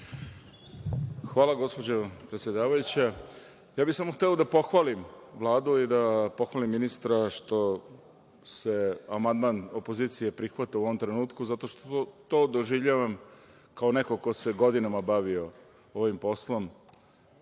Hvala gospođo predsedavajuća. Ja bih samo hteo da pohvalim Vladu i pohvalim ministra što se amandman opozicije prihvata u ovom trenutku zato što to doživljavam kao neko ko se godinama bavio ovim poslom